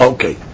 Okay